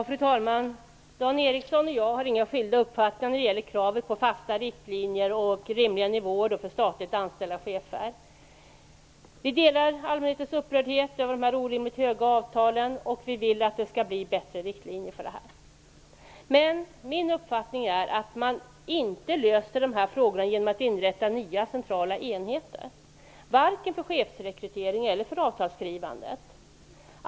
Fru talman! Dan Ericsson och jag har inga skilda uppfattningar när det gäller kravet på fasta riktlinjer och rimliga nivåer vad gäller statligt anställda chefer. Vi delar allmänhetens upprördhet över de orimligt höga avtalen, och vi vill ha bättre riktlinjer för detta. Men min uppfattning är att man inte löser de här frågorna genom att inrätta nya centrala enheter, varken för chefsrekryteringen eller för avtalsskrivandet.